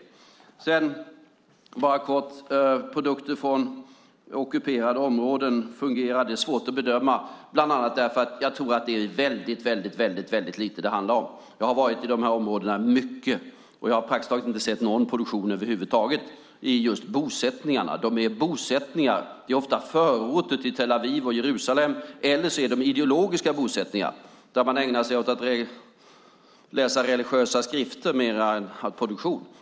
Låt mig sedan bara kort ta upp produkter från ockuperade områden och huruvida ursprungsmärkningen fungerar. Det är svårt att bedöma, bland annat därför att jag tror att det är väldigt lite det handlar om. Jag har varit i dessa områden mycket, och jag har praktiskt taget inte sett någon produktion över huvud taget i just bosättningarna. De är bosättningar . De är ofta förorter till Tel Aviv och Jerusalem, eller så är de ideologiska bosättningar där man ägnar sig mer åt att läsa religiösa skrifter än åt produktion.